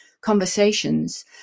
conversations